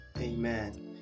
Amen